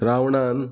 रावणान